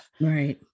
Right